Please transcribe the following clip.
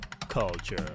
culture